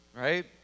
Right